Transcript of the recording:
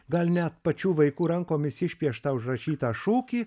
gal net pačių vaikų rankomis išpieštą užrašytą šūkį